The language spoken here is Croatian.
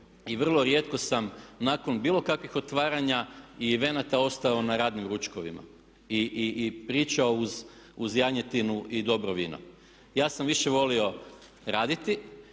i vrlo rijetko sam nakon bilo kakvih otvaranja i evenata ostao na radnim ručkovima i pričao uz janjetinu i dobro vino. Ja sam više volio raditi